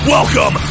Welcome